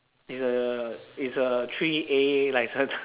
is a is a three A licence